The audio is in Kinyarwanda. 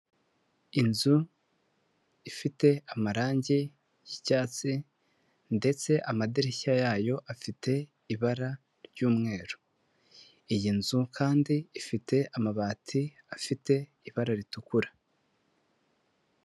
Inzu ifite amarangi y'icyatsi ndetse amadirishya yayo afite ibara ry'umweru, iyi nzu kandi ifite amabati afite ibara ritukura.